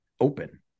Open